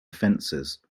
offenses